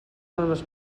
normes